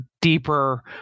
deeper